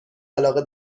علاقه